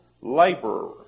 laborer